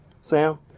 Sam